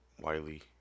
Wiley